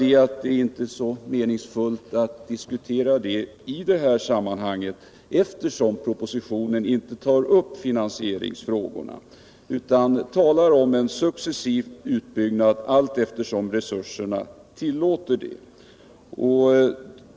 Det är bara inte särskilt meningsfullt att diskutera det i det här sammanhanget, eftersom propositionen inte tar upp finansieringsfrågorna utan talar om en successiv utbyggnad allteftersom resurserna tillåter det.